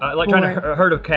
um like trying a herd of cats.